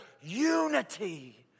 unity